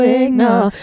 ignore